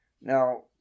Now